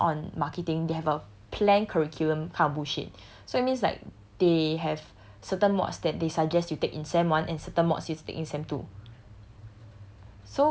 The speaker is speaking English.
but based on marketing they have a plan curriculum kind of bullshit so it means like they have certain mods that they suggest you take in sem one and certain mods you take in sem two